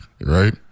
right